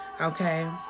okay